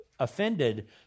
offended